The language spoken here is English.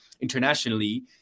internationally